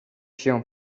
się